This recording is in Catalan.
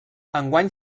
enguany